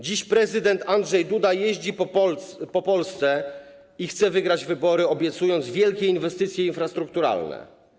Dziś prezydent Andrzej Duda jeździ po Polsce i chce wygrać wybory, obiecując wielkie inwestycje infrastrukturalne.